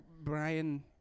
Brian